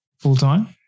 full-time